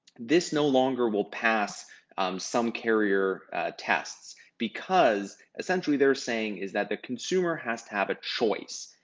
this no longer will pass some carrier tests, because essentially they're saying is that the consumer has to have a choice.